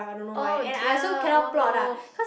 oh dear oh no